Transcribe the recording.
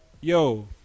yo